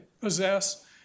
possess